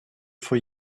for